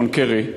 ג'ון קרי,